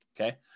okay